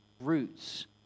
roots